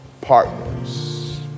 partners